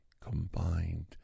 combined